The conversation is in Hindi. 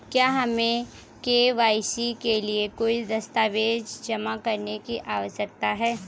क्या हमें के.वाई.सी के लिए कोई दस्तावेज़ जमा करने की आवश्यकता है?